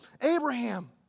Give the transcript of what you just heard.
Abraham